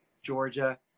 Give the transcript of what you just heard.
georgia